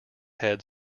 head